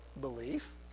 belief